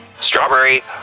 Strawberry